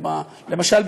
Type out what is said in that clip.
למשל,